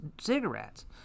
cigarettes